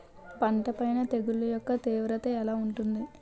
పంట పైన తెగుళ్లు యెక్క తీవ్రత ఎలా ఉంటుంది